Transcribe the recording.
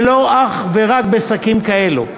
ולא אך ורק בשקים כאלה.